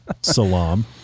Salam